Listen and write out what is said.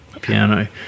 Piano